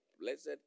Blessed